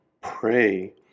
pray